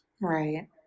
Right